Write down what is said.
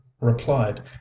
replied